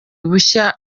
bushya